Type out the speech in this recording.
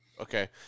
Okay